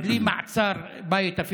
אפילו בלי מעצר בית,